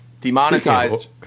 demonetized